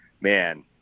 man